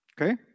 Okay